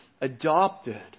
adopted